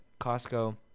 Costco